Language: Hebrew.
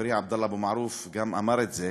וחברי עבדאללה אבו מערוף גם אמר את זה: